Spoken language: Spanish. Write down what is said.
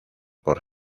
por